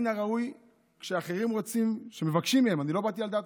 כשאחרים רוצים, כשמבקשים מהם להיכנס,